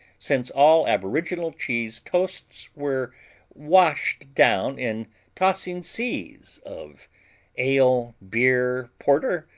since all aboriginal cheese toasts were washed down in tossing seas of ale, beer, porter,